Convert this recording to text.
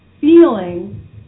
feeling